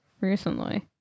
Recently